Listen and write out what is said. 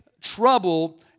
trouble